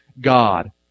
God